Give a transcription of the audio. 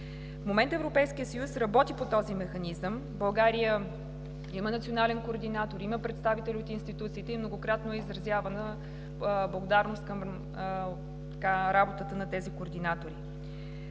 В момента Европейският съюз работи по този механизъм. България има национален координатор, има представители от институциите и многократно е изразявана благодарност към работата на тези координатори.